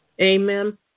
Amen